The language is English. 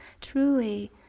truly